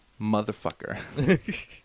motherfucker